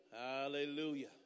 Hallelujah